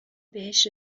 بهش